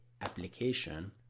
application